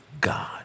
God